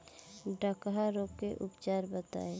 डकहा रोग के उपचार बताई?